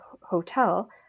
Hotel